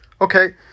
okay